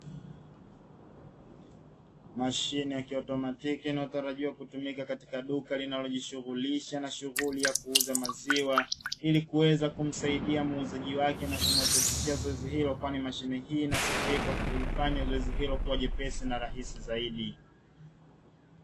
Mashine ya kiautomatiki natarajiwa kutumika katika duka linalojishughulisha na shughuli ya kuuza maziwa ili kuweza kumsaidia muuzaji wake na kumwepesishia zoezi hilo kwani mashine hii nasifika kwa kuifanya zoezi hilo kuwa jepesi na rahisi zaidi.